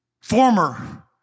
former